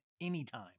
anytime